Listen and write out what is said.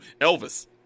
Elvis